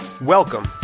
Welcome